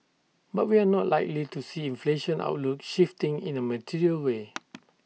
but we're not likely to see inflation outlook shifting in A material way